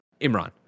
Imran